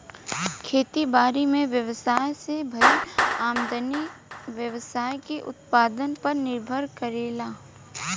खेती बारी में व्यवसाय से भईल आमदनी व्यवसाय के उत्पादन पर निर्भर करेला